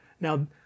Now